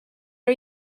are